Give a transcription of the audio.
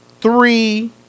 three